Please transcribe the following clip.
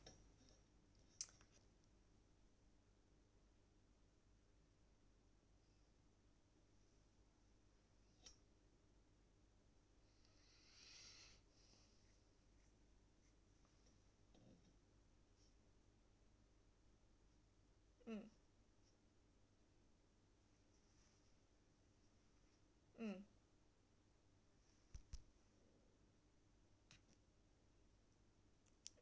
mm mm